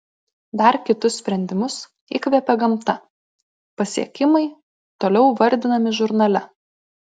dar kitus sprendimus įkvėpė gamta pasiekimai toliau vardinami žurnale